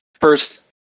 first